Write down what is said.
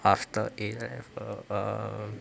after A level err